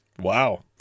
wow